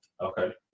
Okay